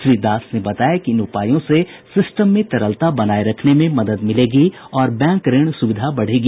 श्री दास ने बताया कि इन उपायों से सिस्टम में तरलता बनाये रखने में मदद मिलेगी और बैंक ऋण सुविधा बढ़ेगी